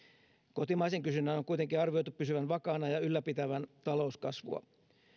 kotimaisen kysynnän on kuitenkin arvioitu pysyvän vakaana ja ylläpitävän talouskasvua